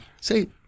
Say